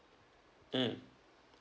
mm